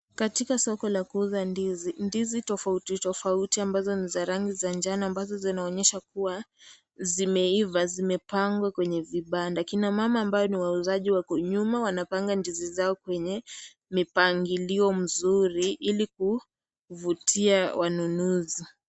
Katika soko la kuuza ndizi, ndizi tofauti tofauti ambazo ni za rangi za njano ambazo zinaonyesha kuwa zimeiva zimepangwa kwenye vibanda, kina mama ambao ni wauzaji wako huko nyuma wanapanga ndizi zao kwenye mipangilio nzuri ili kuvutia wanunuzi.